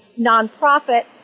nonprofit